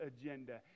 agenda